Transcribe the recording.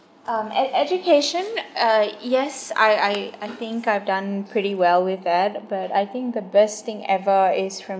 um e~ education uh yes I I I think I've done pretty well with that but I think the best thing ever is from